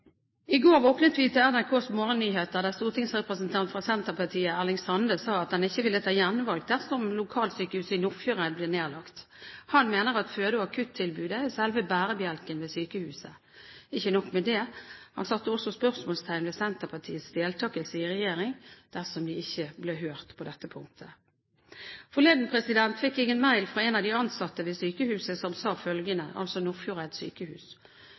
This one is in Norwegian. I går våknet vi til NRKs morgennyheter der stortingsrepresentant Erling Sande fra Senterpartiet sa at han ikke ville ta gjenvalg dersom lokalsykehuset i Nordfjordeid blir nedlagt. Han mener at føde- og akuttilbudet er selve bærebjelken ved sykehuset. Ikke nok med det – han satte også spørsmålstegn ved Senterpartiets deltakelse i regjeringen dersom de ikke blir hørt på dette punkt. Forleden fikk jeg en mail fra en av de ansatte ved Nordfjordeid sykehus, som sa følgende: